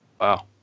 Wow